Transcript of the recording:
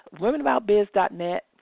WomenAboutBiz.net